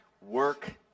Work